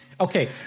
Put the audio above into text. Okay